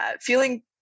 feeling